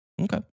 okay